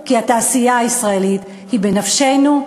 כי התעשייה הישראלית היא בנפשנו,